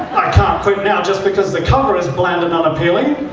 can't quit now just because the cover is bland and unappealing.